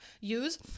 use